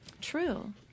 True